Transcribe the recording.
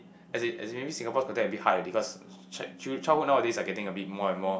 as in as in maybe Singapore's context a bit hard already cause child childhood nowadays are getting a bit more and more